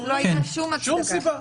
לא הייתה שום הצדקה.